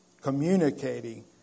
communicating